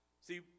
See